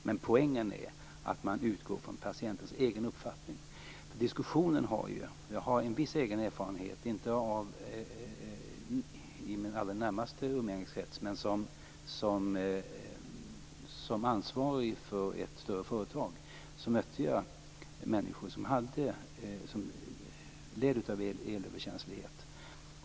Men poängen är att man utgår från patientens egen uppfattning. Jag har en viss egen erfarenhet, inte i min allra närmaste umgängeskrets, men som ansvarig för ett större företag. Där mötte jag människor som led av elöverkänslighet.